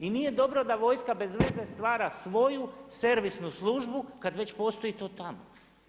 I nije dobro da vojska bezveze stvara svoju servisnu službu kada već postoji to tamo.